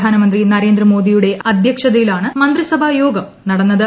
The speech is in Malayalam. പ്രധാനമന്ത്രി നരേന്ദ്ര മോദിയുടെ അധ്യക്ഷതയിലാണ് മുന്തിസഭാ യോഗം നടന്നത്